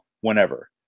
whenever